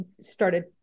started